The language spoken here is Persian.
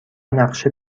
نقشه